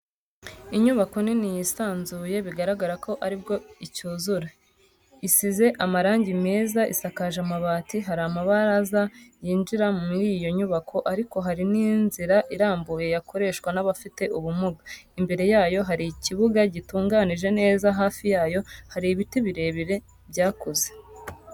Inyubako nini yisanzuye bigaragara ko aribwo icyuzura, isize amarangi meza isakaje amabati, hari amabaraza yinjira muri iyo nyubako ariko hari n'inzira irambuye yakoreshwa n'abafite ubumuga, imbere yayo hari ikibuga gitunganyije neza hafi yayo hari ibiti birebire byakuze.